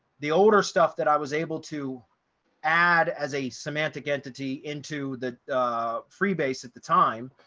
the older stuff that i was able to add as a semantic entity into the freebase at the time,